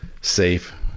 safe